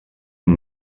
amb